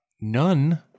None